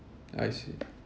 I see